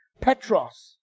Petros